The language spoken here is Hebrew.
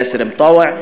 יאסר מטאוע,